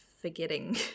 forgetting